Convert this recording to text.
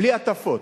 בלי הטפות,